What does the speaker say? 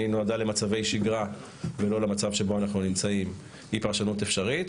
היא נועדה למצבי שגרה ולא למצב שבו אנחנו נמצאים - היא פרשנות אפשרית,